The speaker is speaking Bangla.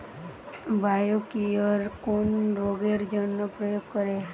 বায়োকিওর কোন রোগেরজন্য প্রয়োগ করে?